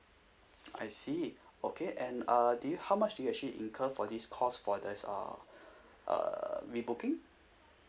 I see okay and uh do you how much do you actually incurred for this cause for there's uh uh rebooking